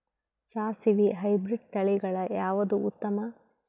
ಸಾಸಿವಿ ಹೈಬ್ರಿಡ್ ತಳಿಗಳ ಯಾವದು ಉತ್ತಮ?